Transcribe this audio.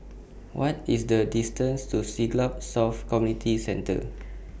What IS The distance to Siglap South Community Centre